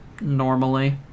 normally